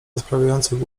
rozprawiających